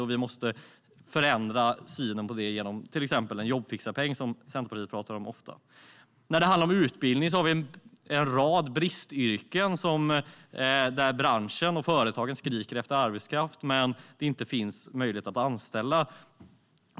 Synen måste förändras till exempel med hjälp av en jobbfixarpeng. I fråga om utbildning finns en rad bristyrken där branschen och företagen skriker efter arbetskraft men inte har möjlighet att anställa.